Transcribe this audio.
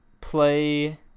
play